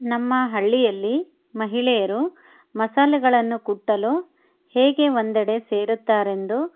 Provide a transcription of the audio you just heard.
ನಮ್ಮ ಹಳ್ಳಿಯಲ್ಲಿ ಮಹಿಳೆಯರು ಮಸಾಲೆಗಳನ್ನು ಕುಟ್ಟಲು ಹೇಗೆ ಒಂದೆಡೆ ಸೇರುತ್ತಾರೆಂದು